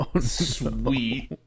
sweet